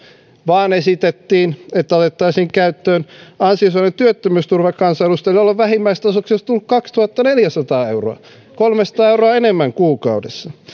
vaan esitettiin että otettaisiin käyttöön ansiosidonnainen työttömyysturva kansanedustajille jolloin vähimmäistasoksi olisi tullut kaksituhattaneljäsataa euroa kolmesataa euroa enemmän kuukaudessa